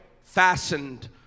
fastened